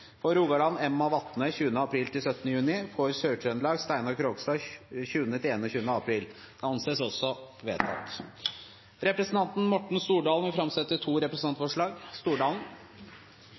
For Rogaland: Emma Vatne , 20. april–17. juni For Sør-Trøndelag: Steinar Krogstad , 20.–21. april Representanten Morten Stordalen vil framsette to representantforslag.